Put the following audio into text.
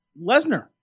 Lesnar